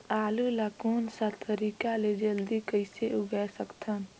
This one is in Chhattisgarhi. आलू ला कोन सा तरीका ले जल्दी कइसे उगाय सकथन?